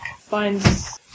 finds